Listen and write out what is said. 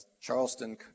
Charleston